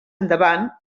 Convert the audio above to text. endavant